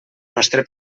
nostre